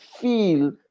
feel